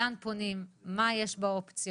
לאן פונים, מה יש באופציות,